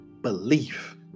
belief